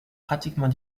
pratiquement